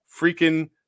Freaking